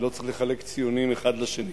ולא צריך לחלק ציונים האחד לשני.